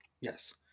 yes